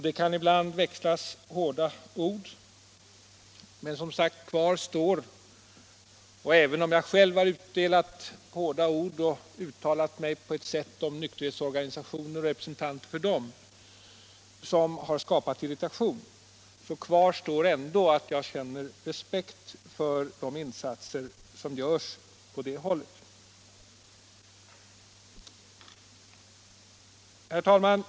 Det kan ibland växlas hårda ord, och även om jag själv har använt hårda ord och uttalat mig om nykterhetsorganisationer och representanter för dem på ett sätt som har skapat irritation kvarstår ändå det faktum att jag känner respekt för de insatser som görs på det hållet. Herr talman!